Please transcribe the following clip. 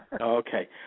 Okay